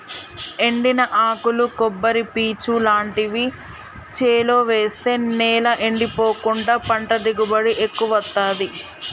ఎండిన ఆకులు కొబ్బరి పీచు లాంటివి చేలో వేస్తె నేల ఎండిపోకుండా పంట దిగుబడి ఎక్కువొత్తదీ